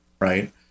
right